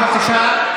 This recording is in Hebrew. בבקשה.